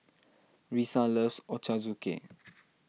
Risa loves Ochazuke